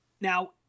Now